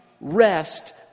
rest